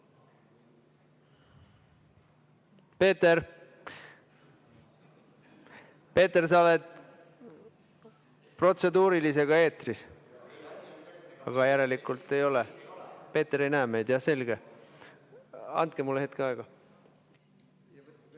Peeter! Peeter, sa oled protseduurilisega eetris. Aga järelikult ei ole, Peeter ei näe meid. Selge! Andke mulle hetk aega. Ma teen